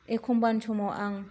एखमब्लानि समाव आं